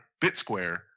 BitSquare